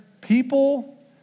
people